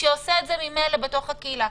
שעושה את זה ממילא בתוך הקהילה,